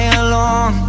alone